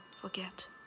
forget